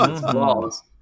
balls